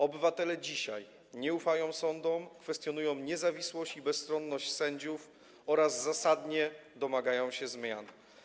Obywatele dzisiaj nie ufają sądom, kwestionują niezawisłość i bezstronność sędziów oraz zasadnie domagają się zmian.